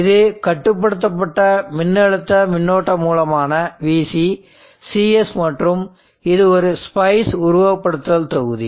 இது கட்டுப்படுத்தப்பட்ட மின்னழுத்த மின்னோட்ட மூலமான VC Cs மற்றும் இது ஒரு ஸ்பைஸ் உருவகப்படுத்துதல் தொகுதி